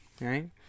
Right